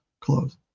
close